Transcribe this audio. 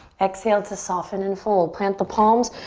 exhale to soften and fold. plant the palms,